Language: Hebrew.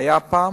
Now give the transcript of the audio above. היתה פעם,